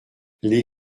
les